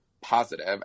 positive